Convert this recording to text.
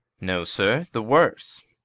no, sir, the worse.